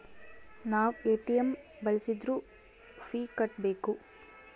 ನಾವ್ ಎ.ಟಿ.ಎಂ ಬಳ್ಸಿದ್ರು ಫೀ ಕಟ್ಬೇಕು